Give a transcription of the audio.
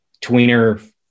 tweener